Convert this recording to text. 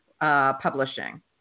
Publishing